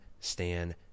Stan